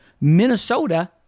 Minnesota